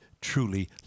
truly